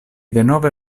denove